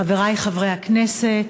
חברי חברי הכנסת,